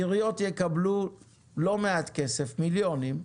עיריות יקבלו לא מעט כסף, מיליונים,